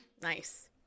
Nice